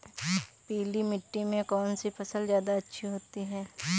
पीली मिट्टी में कौन सी फसल ज्यादा अच्छी होती है?